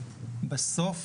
בסוף,